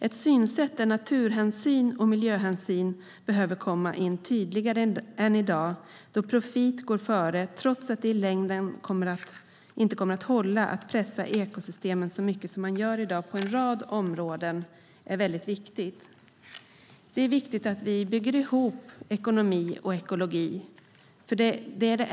Ett synsätt där naturhänsyn och miljöhänsyn behöver komma in tydligare än i dag, då profit går före trots att det i längden inte kommer att hålla att pressa ekosystemen så mycket som i dag på en rad områden, är viktigt. Det är viktigt att vi bygger ihop ekonomi och ekologi.